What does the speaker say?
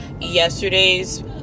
yesterday's